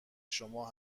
شما